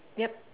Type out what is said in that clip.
yup